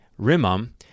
Rimam